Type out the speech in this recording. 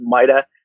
Mida